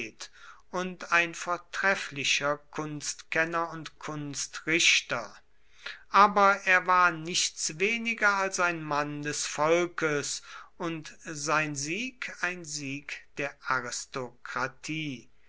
und ein vortrefflicher kunstkenner und kunstrichter aber er war nichts weniger als ein mann des volkes und sein sieg ein sieg der